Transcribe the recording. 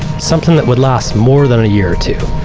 something that would last more than a year or two,